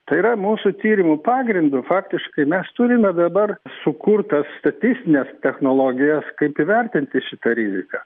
tai yra mūsų tyrimų pagrindu faktiškai mes turime dabar sukurta statistines technologijas kaip įvertinti šitą riziką